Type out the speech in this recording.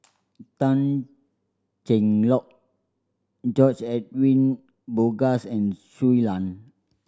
Tan Cheng Lock George Edwin Bogaars and Shui Lan